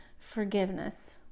forgiveness